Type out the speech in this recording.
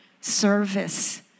service